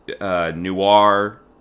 noir